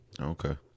Okay